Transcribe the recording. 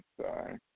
Sorry